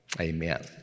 Amen